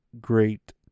Great